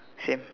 same